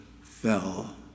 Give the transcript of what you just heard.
fell